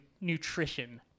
nutrition